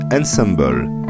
Ensemble